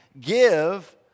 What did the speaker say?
give